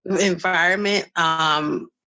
environment